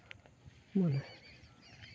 ᱦᱮᱸ